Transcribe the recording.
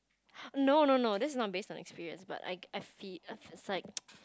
no no no this is not based on experiences but I I feel I see on side